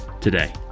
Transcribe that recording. today